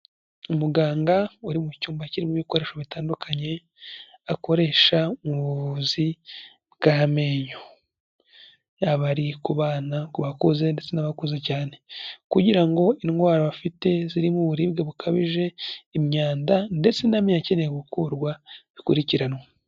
Umuganga uri mu cyumba kirimo ibikoresho bitandukanye akoresha mu buvuzi bw'amenyo, yaba kubana, ku bakuze ndetse n'abakuze cyane kugira ngo indwara bafite zirimo uburibwe bukabije, imyanda ndetse n'amrnyo akeneye gukorwa bikurikiranwa.